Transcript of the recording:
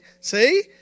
See